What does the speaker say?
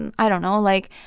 and i don't know, like,